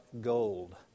gold